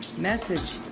message.